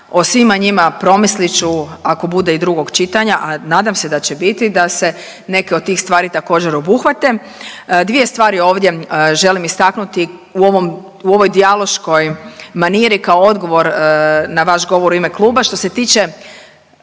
O svima njima promislit ću ako bude i drugog čitanja, a nadam se da će biti da se neke od tih stvari također obuhvate. Dvije stvari ovdje želim istaknuti u ovom, u ovoj dijaloškoj maniri kao odgovor na vaš govor u ime kluba. Što se tiče